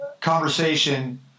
conversation